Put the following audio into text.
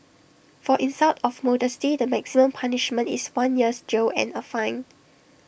for insult of modesty the maximum punishment is one year's jail and A fine